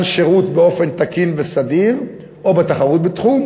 שירות באופן תקין וסדיר או בתחרות בתחום,